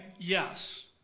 yes